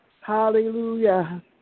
Hallelujah